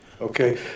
okay